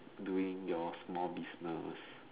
doing your small business